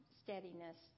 steadiness